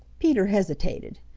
peter hesitated.